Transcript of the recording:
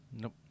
Nope